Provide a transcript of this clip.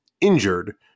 injured